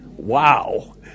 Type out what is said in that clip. Wow